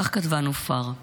כך כתבה נופר: